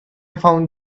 found